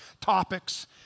topics